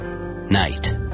Night